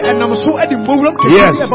yes